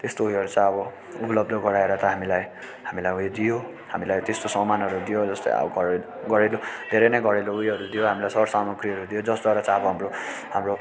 त्यस्तो उयोहरू चाहिँ अब उपलब्ध गराएर त हामीलाई हामीलाई उयो दियो हामीलाई त्यस्तो सामानहरू दियो जस्तै अब घर घरेलु धेरै नै घरेलु उयोहरू दियो हामीलाई सर सामाग्रीहरू दियो जसद्वारा चाहिँ अब हाम्रो हाम्रो